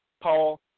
Paul